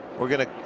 we're going to